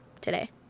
today